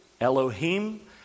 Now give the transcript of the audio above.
Elohim